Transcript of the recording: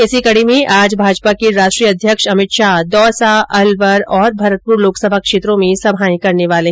इसी कडी में आज भाजपा के राष्ट्रीय अध्यक्ष अमित शाह दौसा अलवर और भरतपुर लोकसभा क्षेत्रों में सभाए करेंगे